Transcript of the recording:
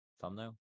thumbnail